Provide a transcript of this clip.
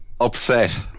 Upset